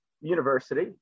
university